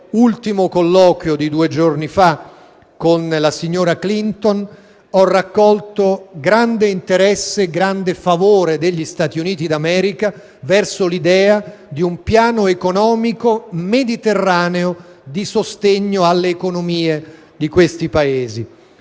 ultimo colloquio di due giorni fa con la signora Clinton ho raccolto un grande interesse e un grande favore degli Stati Uniti d'America verso l'idea di un piano economico mediterraneo di sostegno alle economie di questi Paesi.